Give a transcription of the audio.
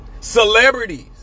celebrities